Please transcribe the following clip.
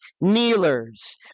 kneelers